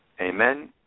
amen